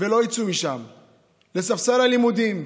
לספסל הלימודים,